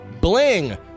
bling